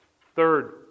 Third